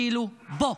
כאילו, בוא.